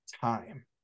time